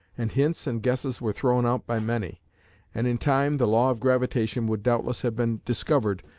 and hints and guesses were thrown out by many and in time the law of gravitation would doubtless have been discovered,